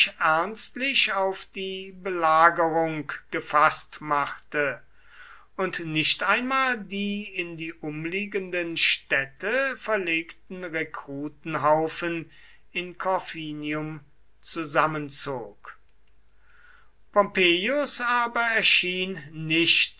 ernstlich auf die belagerung gefußt machte und nicht einmal die in die umliegenden städte verlegten rekrutenhaufen in corfinium zusammenzog pompeius aber erschien nicht